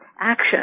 action